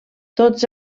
tots